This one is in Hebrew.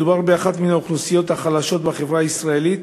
מדובר באחת מהאוכלוסיות החלשות בחברה הישראלית,